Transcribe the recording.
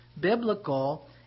biblical